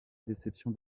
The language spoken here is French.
déception